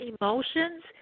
emotions